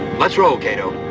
let's roll, kato.